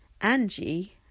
Angie